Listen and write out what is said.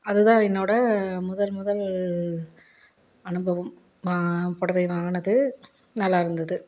அது தான் என்னோடய முதல் முதல் அனுபவம் புடவை வாங்கினது நல்லாயிருந்தது